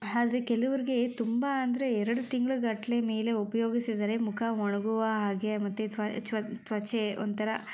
ಆದರೆ ಕೆಲವ್ರಿಗೆ ತುಂಬ ಅಂದರೆ ಎರಡು ತಿಂಗಳುಗಟ್ಲೆ ಮೇಲೆ ಉಪಯೋಗಿಸಿದರೆ ಮುಖ ಒಣಗುವ ಹಾಗೆ ಮತ್ತೆ ತ್ವ ಚ ತ್ವಚೆ ಒಂಥರ